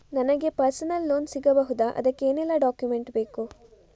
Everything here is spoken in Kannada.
ನನಗೆ ಪರ್ಸನಲ್ ಲೋನ್ ಸಿಗಬಹುದ ಅದಕ್ಕೆ ಏನೆಲ್ಲ ಡಾಕ್ಯುಮೆಂಟ್ ಬೇಕು?